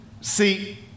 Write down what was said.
See